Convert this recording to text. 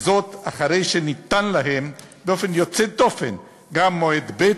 וזאת אחרי שניתן להם באופן יוצא דופן גם מועד ב'